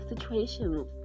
situations